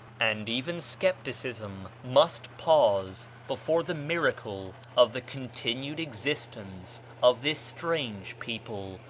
and even skepticism must pause before the miracle of the continued existence of this strange people,